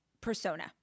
persona